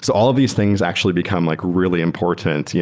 so all of these things actually become like really important. yeah